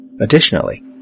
Additionally